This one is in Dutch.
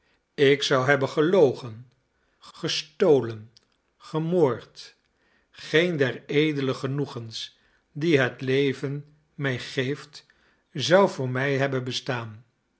ik zou hebben gelogen gestolen gemoord geen der edele genoegens die het leven mij geeft zou voor mij hebben bestaan